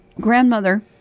grandmother